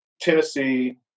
Tennessee